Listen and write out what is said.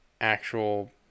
actual